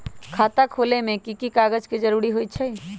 खाता खोले में कि की कागज के जरूरी होई छइ?